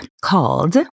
called